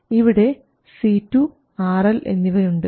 ഇവിടെ C2 RL എന്നിവ ഉണ്ട്